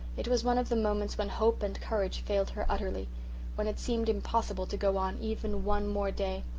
it was one of the moments when hope and courage failed her utterly when it seemed impossible to go on even one more day.